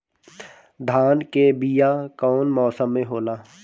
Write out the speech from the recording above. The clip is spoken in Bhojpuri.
धान के बीया कौन मौसम में होला?